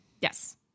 Yes